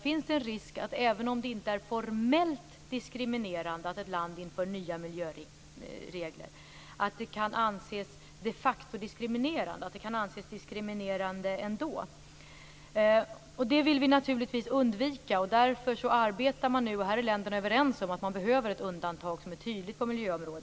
Finns det en risk, även om det inte är formellt diskriminerande, att det ändå kan anses diskriminerande om ett land inför nya miljöregler? Det vill vi naturligtvis undvika. Därför arbetar man nu med ett undantag - och här är länderna överens om att det behövs ett sådant - på miljöområdet som är tydligt.